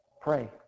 pray